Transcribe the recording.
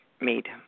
made